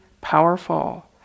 powerful